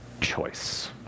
choice